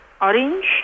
Orange